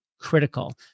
critical